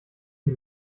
die